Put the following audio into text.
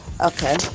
Okay